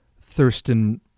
thurston